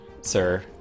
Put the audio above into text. sir